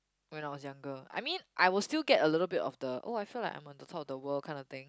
when I was younger I mean I will still get a little bit of the oh I feel like I'm on top of the world kind of thing